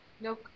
no